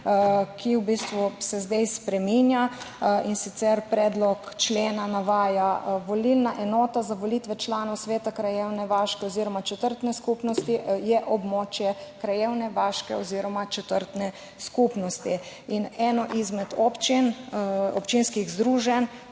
ki se zdaj spreminja. In sicer predlog člena navaja: »Volilna enota za volitve članov sveta krajevne, vaške oziroma četrtne skupnosti je območje krajevne, vaške oziroma četrtne skupnosti.« Eno izmed občinskih združenj,